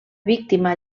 víctima